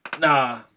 Nah